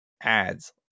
ads